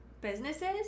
businesses